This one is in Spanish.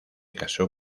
casó